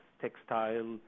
textile